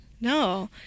No